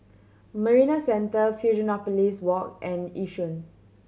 Marina Centre Fusionopolis Walk and Yishun